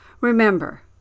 Remember